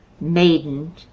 maiden